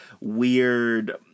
weird